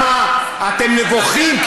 אתם נבוכים.